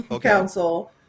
Council